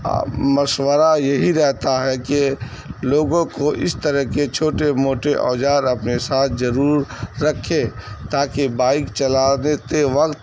مشورہ یہی رہتا ہے کہ لوگوں کو اس طرح کے چھوٹے موٹے اوزار اپنے ساتھ ضرور رکھے تاکہ بائک چلا تے وقت